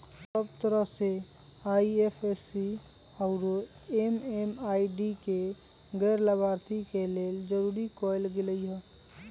सब तरह से आई.एफ.एस.सी आउरो एम.एम.आई.डी के गैर लाभार्थी के लेल जरूरी कएल गेलई ह